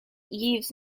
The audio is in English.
yves